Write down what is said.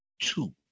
Two